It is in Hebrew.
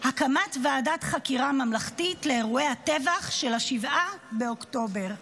ועדת חקירה ממלכתית לאירועי הטבח של 7 באוקטובר,